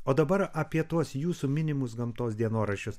o dabar apie tuos jūsų minimus gamtos dienoraščius